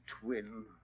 twin